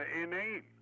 inane